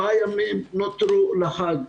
7 ימים נותרו לחג.